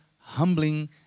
humbling